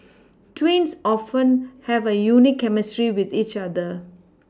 twins often have a unique chemistry with each other